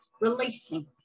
releasing